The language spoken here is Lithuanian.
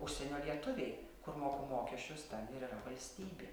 užsienio lietuviai kur moku mokesčius ir yra valstybė